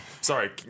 Sorry